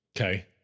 Okay